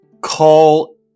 call